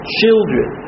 children